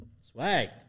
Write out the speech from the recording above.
Swag